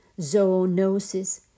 zoonosis